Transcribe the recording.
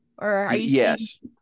Yes